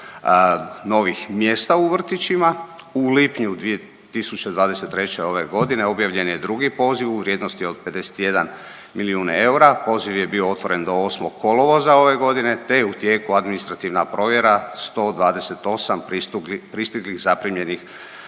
novih mjesta u vrtićima. U lipnju 2023. ove godine objavljen je drugi poziv u vrijednosti od 51 milijun eura. Poziv je bio otvoren do 8. kolovoza ove godine, te je u tijeku administrativna provjera 128 pristiglih zaprimljenih